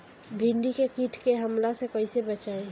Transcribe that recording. भींडी के कीट के हमला से कइसे बचाई?